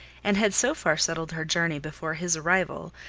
and had so far settled her journey before his arrival,